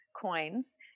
coins